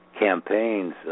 campaigns